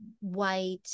white